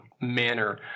manner